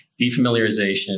defamiliarization